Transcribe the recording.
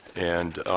and